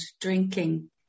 drinking